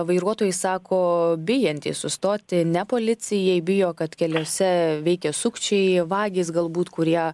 vairuotojai sako bijantys sustoti ne policijai bijo kad keliuose veikia sukčiai vagys galbūt kurie